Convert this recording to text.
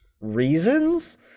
reasons